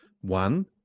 One